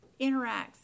interacts